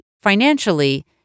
financially